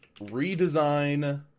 redesign